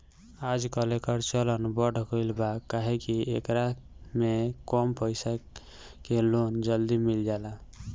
आजकल, एकर चलन बढ़ गईल बा काहे कि एकरा में कम पईसा के लोन जल्दी मिल जाला